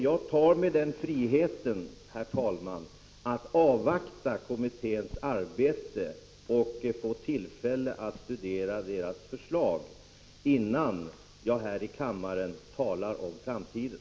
Jag tar mig friheten att avvakta kommitténs arbete och därefter studera dess förslag innan jag här i kammaren talar om framtiden.